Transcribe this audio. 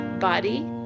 body